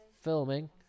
filming